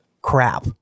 crap